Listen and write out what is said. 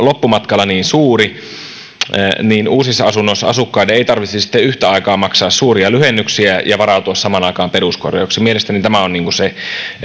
loppumatkalla niin suuri uusissa asunnoissa asukkaiden ei tarvitsisi yhtä aikaa maksaa suuria lyhennyksiä ja varautua samaan aikaan peruskorjaukseen mielestäni tämä on se